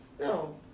no